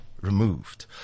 removed